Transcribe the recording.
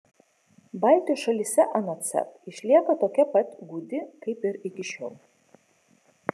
baltijos šalyse anot seb išlieka tokia pat gūdi kaip ir iki šiol